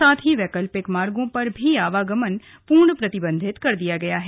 साथ ही वैकल्पिक मागोँ पर भी आवागमन पूर्ण प्रतिबंधित किया गया है